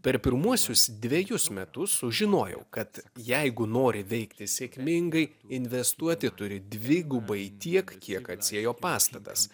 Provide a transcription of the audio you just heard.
per pirmuosius dvejus metus sužinojau kad jeigu nori veikti sėkmingai investuoti turi dvigubai tiek kiek atsiėjo pastatas